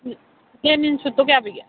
ꯂꯦꯅꯤꯟ ꯁꯨꯠꯇꯣ ꯀꯌꯥ ꯄꯤꯒꯦ